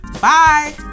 bye